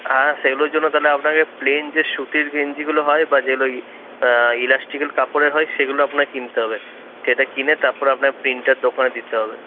হ্যাঁ সেগুলোর জন্য তাহলে আপনাকে প্লেইন যে সুতির গেঞ্জিগুলো হয় বা যেগুলো ইলাস্টিকের কাপড়ের হয় সেগুলো আপনাকে কিনতে হবে সেটা কিনে তারপরে আপনার প্রিন্টার দোকানে দিতে হবে